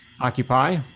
occupy